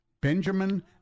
Benjamin